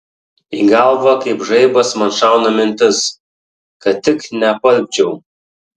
į galvą kaip žaibas man šauna mintis kad tik neapalpčiau